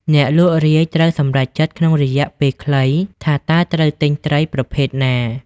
អ្នកលក់រាយ ត្រូវសម្រេចចិត្តក្នុងរយៈពេលខ្លីថាតើត្រូវទិញត្រីប្រភេទណា។